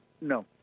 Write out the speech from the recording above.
No